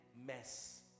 mess